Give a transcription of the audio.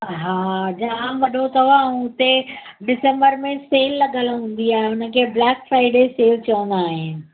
हा जामु वॾो अथव ऐं उते डिसम्बर में सेल लॻल हूंदी आहे हुनखे ब्लैक फ्राइडे सेल चवंदा आहिनि